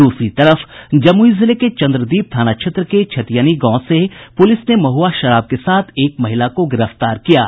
दूसरी तरफ जमुई जिले के चंद्रदीप थाना क्षेत्र के छतियनी गांव से पुलिस ने महुआ शराब के साथ एक महिला को गिरफ्तार किया है